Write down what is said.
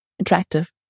attractive